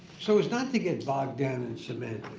so it's not to get bogged down and submit,